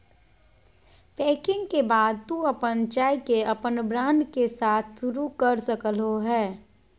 packing के बाद तू अपन चाय के अपन ब्रांड के साथ शुरू कर सक्ल्हो हें